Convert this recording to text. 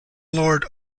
lord